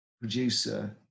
producer